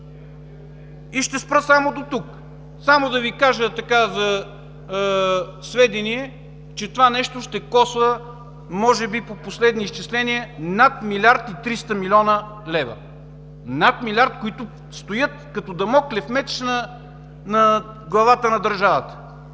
Ще спра само до тук. Само да Ви кажа за сведение, че това нещо ще коства може би, по последни изчисления, над милиард и триста милиона лева – над милиард, които стоят като Дамоклев меч над главата на държавата.